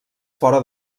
fora